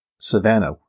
Savannah